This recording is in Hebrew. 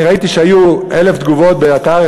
אני ראיתי שהיו 1,000 תגובות באתר אחד